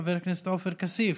חבר הכנסת עופר כסיף,